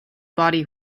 body